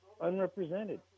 unrepresented